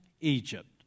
Egypt